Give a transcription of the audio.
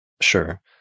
Sure